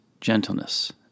gentleness